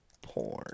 Porn